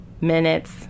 minutes